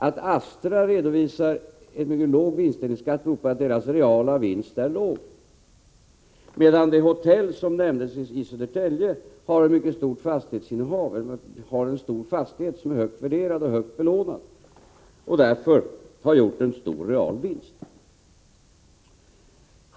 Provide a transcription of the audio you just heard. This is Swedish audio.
Att Astra redovisar mycket låg vinstdelningsskatt beror på att dess reala vinst är låg, medan det hotell i Södertälje som nämndes har en stor fastighet som är högt värderad och högt belånad och därför har gjort en stor realvinst.